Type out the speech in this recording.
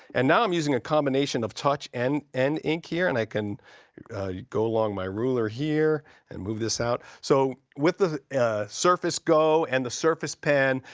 and now i'm using a combination of touch and and ink here. and i can go along my ruler here and move this out. so with the surface go and the surface pen,